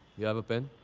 you have a pen?